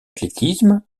athlétisme